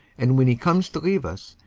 and when he comes to leave us,